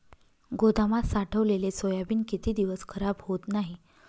गोदामात साठवलेले सोयाबीन किती दिवस खराब होत नाही?